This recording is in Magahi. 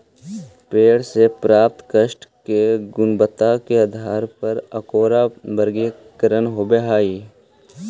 पेड़ से प्राप्त काष्ठ के गुणवत्ता के आधार पर ओकरा वर्गीकरण होवऽ हई